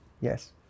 Yes